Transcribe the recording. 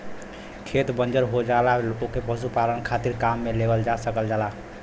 खेत बंजर हो जाला ओके पशुपालन खातिर काम में लेवल जा सकल जाला